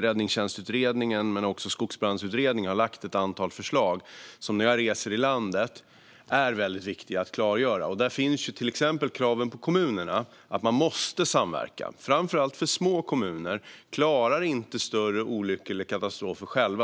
Räddningstjänstutredningen och också Skogsbrandsutredningen har lagt fram ett antal förslag som när jag reser i landet ser är väldigt viktiga att klargöra. Där finns till exempel kraven på kommunerna att de måste samverka. Framför allt små kommuner klarar inte större olyckor eller katastrofer själva.